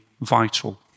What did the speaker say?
vital